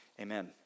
amen